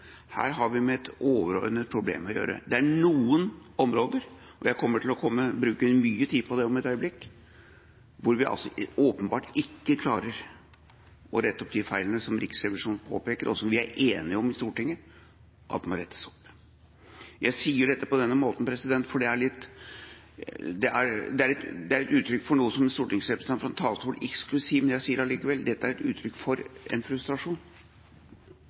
Her har vi med et overordnet problem å gjøre. Det er noen områder, og jeg kommer til å bruke mye tid på det om et øyeblikk, hvor vi altså åpenbart ikke klarer å rette opp de feilene som Riksrevisjonen påpeker, og som vi er enige om i Stortinget at må rettes opp. Jeg sier dette på denne måten, for det er et uttrykk for noe som en stortingsrepresentant fra en talerstol ikke skulle si, men jeg sier det allikevel: Dette er et uttrykk for en frustrasjon,